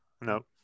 No